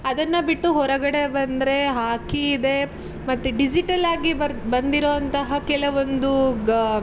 ಅದನ್ನು ಬಿಟ್ಟು ಹೊರಗಡೆ ಬಂದರೆ ಹಾಕಿ ಇದೆ ಮತ್ತು ಡಿಜಿಟಲ್ ಆಗಿ ಬರೋ ಬಂದಿರೋ ಅಂತಹ ಕೆಲವೊಂದು ಗ